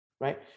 right